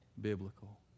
biblical